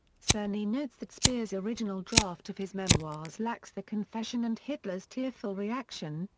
sereny notes that speer's original draft of his memoirs lacks the confession and hitler's tearful reaction,